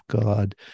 God